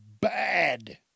bad